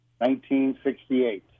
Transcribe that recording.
1968